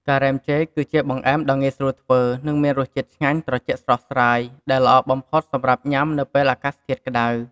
ការ៉េមចេក គឺជាបង្អែមដ៏ងាយស្រួលធ្វើ និងមានរសជាតិឆ្ងាញ់ត្រជាក់ស្រស់ស្រាយ ដែលល្អបំផុតសម្រាប់ញ៉ាំនៅពេលអាកាសធាតុក្ដៅ។